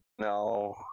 No